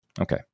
Okay